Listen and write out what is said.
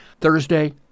Thursday